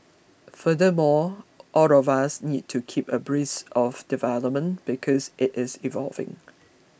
furthermore all of us need to keep abreast of developments because it is evolving